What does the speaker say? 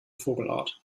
vogelart